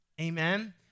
amen